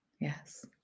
Yes